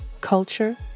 culture